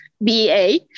BA